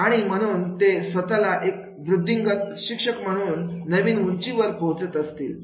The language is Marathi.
आणि म्हणून ते स्वतःला एक वृद्धिंगत प्रशिक्षक म्हणून नवीन उंची वरती पोहोचत असतात